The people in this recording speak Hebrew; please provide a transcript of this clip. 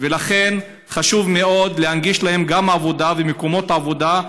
ולכן חשוב מאוד להנגיש להם גם עבודה ומקומות עבודה,